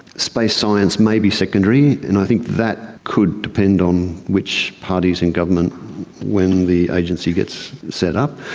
space science may be secondary, and i think that could depend on which party is in government when the agency gets set up.